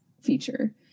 feature